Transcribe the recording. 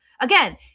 Again